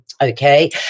okay